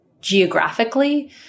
geographically